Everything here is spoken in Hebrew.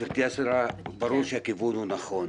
גברתי השרה, ברור שהכיוון הוא נכון